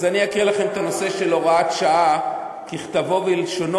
אז אני אקריא לכם את הנושא של הוראת שעה ככתבו ולשונו,